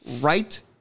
right